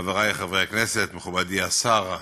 חברי חברי הכנסת, מכובדי השר,